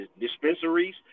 dispensaries